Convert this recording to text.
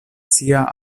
sia